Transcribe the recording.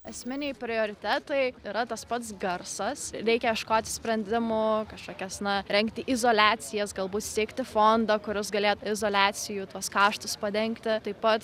esminiai prioritetai yra tas pats garsas reikia ieškoti sprendimų kažkokias na rengti izoliacijas galbūt steigti fondą kuris galėt izoliacijų tuos kaštus padengti taip pat